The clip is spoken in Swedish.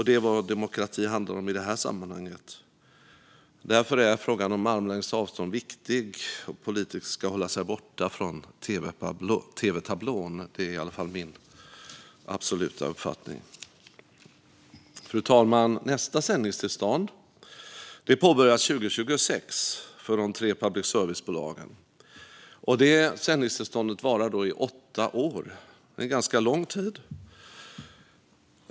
Det är vad demokrati handlar om i det här sammanhanget. Därför är frågan om armlängds avstånd viktig. Politiker ska hålla sig borta från tv-tablån - det är i alla fall min absoluta uppfattning. Fru talman! Nästa sändningstillstånd för de tre public service-bolagen påbörjas 2026. Det sändningstillståndet varar i åtta år. Det är ganska lång tid.